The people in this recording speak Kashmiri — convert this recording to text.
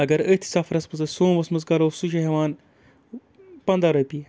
اگر أتھۍ سَفرَس منٛز أسۍ سوموٗوَس منٛز کَرو سُہ چھِ ہٮ۪وان پنٛداہ رۄپیہِ